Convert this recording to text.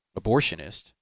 abortionist